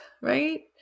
right